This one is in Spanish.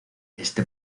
este